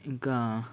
ఇంకా